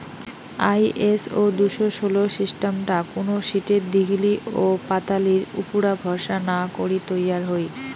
ISO দুশো ষোল সিস্টামটা কুনো শীটের দীঘলি ওপাতালির উপুরা ভরসা না করি তৈয়ার হই